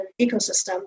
ecosystem